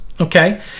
Okay